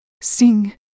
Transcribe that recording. sing